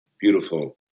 Beautiful